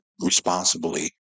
responsibly